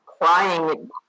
crying